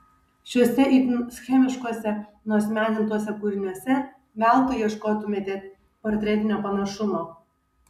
šiuose itin schemiškuose nuasmenintuose kūriniuose veltui ieškotumėme portretinio panašumo